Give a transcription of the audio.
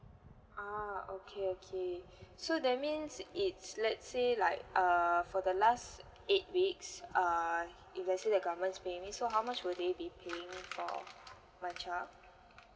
oh okay okay so that means it's let's say like err for the last eight weeks err if let's say the government pays me so how much will they be paying for my child